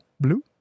Blue